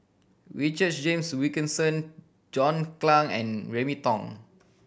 Richard James Wilkinson John Clang and Remy Ong